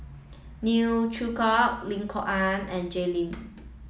Neo Chwee Kok Lim Kok Ann and Jay Lim